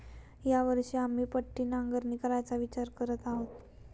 या वर्षी आम्ही पट्टी नांगरणी करायचा विचार करत आहोत